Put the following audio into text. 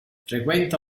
frequenta